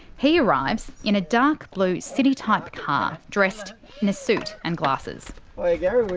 he arrives in a dark blue city-type car dressed in a suit and glassesthey like um